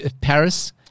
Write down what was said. Paris